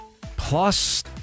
plus